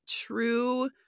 true